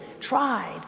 tried